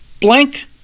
blank